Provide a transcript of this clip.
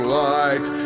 light